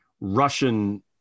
Russian